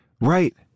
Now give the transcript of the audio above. Right